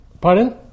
Pardon